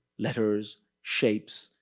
letters, shapes,